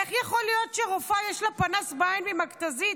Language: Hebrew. איך יכול להיות שלרופאה יש פנס בעין ממכת"זית,